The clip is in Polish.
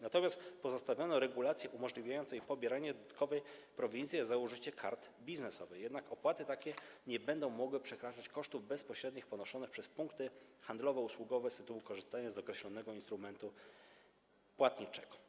Natomiast pozostawiono regulacje umożliwiające pobieranie dodatkowej prowizji za użycie kart biznesowych, jednak opłaty takie nie będą mogły przekraczać kosztów bezpośrednich ponoszonych przez punkty handlowo-usługowe z tytułu korzystania z określonego instrumentu płatniczego.